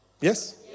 Yes